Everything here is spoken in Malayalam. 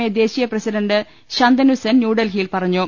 എ ദേശീയ പ്രസിഡണ്ട് ശന്തനുസെൻ ന്യൂഡൽഹിയിൽ പറഞ്ഞു